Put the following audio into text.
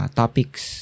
topics